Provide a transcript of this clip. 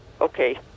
Okay